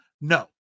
No